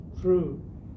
true